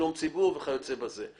שלום ציבור וכיוצא בזה.